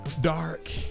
dark